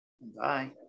Bye